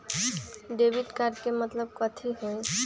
Debit card के मतलब कथी होई?